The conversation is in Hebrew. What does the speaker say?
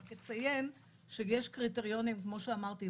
אני רק אציין שיש קריטריונים כמו שאמרתי,